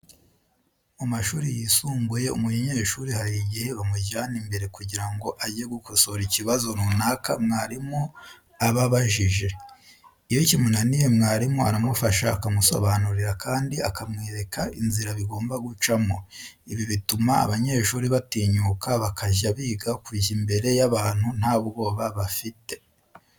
Mu mashuri yisumbuye umunyeshuri hari igihe bamujyana imbere kugira ngo ajye gukosora ikibazo runaka mwarimu aba abajije. Iyo kimunaniye mwarimu aramufasha, akamusobanurira kandi akamwereka inzira bigomba gucamo. Ibi bituma abanyeshuri batinyuka bakajya biga kujya imbere y'abantu nta bwoba bafite.